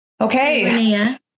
Okay